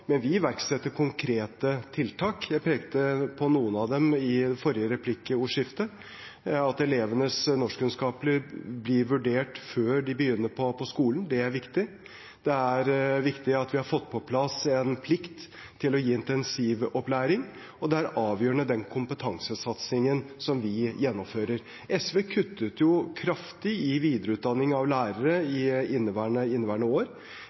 men vi iverksetter konkrete tiltak. Jeg pekte på noen av dem i forrige replikkordskifte, bl.a. at elevenes norskkunnskaper blir vurdert før de begynner på skolen. Det er viktig. Det er viktig at vi har fått på plass en plikt til å gi intensivopplæring, og den kompetansesatsingen vi gjennomfører, er også avgjørende. SV kuttet jo kraftig i videreutdanningen av lærere i inneværende år.